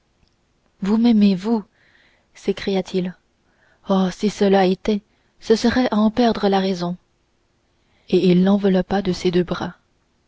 vous s'écria-t-il oh si cela était ce serait à en perdre la raison et il l'enveloppa de ses deux bras